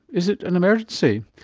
is it an emergency?